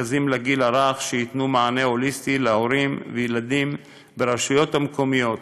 מרכזים לגיל הרך שייתנו מענה הוליסטי להורים וילדים ברשויות המקומיות,